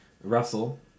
Russell